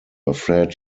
afraid